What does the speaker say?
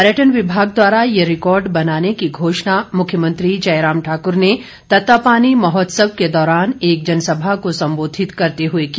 पर्यटन विमाग द्वारा ये रिकॉर्ड बनाने की घोषणा मुख्यमंत्री जयराम ठाकर ने तत्तापानी महोत्सव के दौरान एक जनसभा को संबोधित करते हुए की